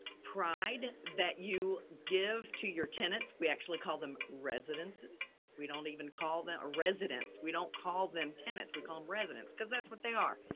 pride that you give to your tenants, we actually call them residences. we don't even call them or residents. we don't call them tenants. we call them um residents because that's what they are.